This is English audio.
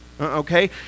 Okay